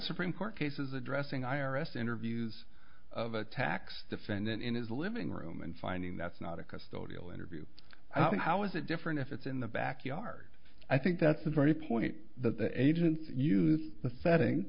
supreme court cases addressing i r s interviews of a tax defendant in his living room and finding that's not a custodial interview i was it different if it's in the backyard i think that's the very point that the agents use the setting